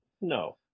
No